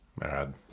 Mad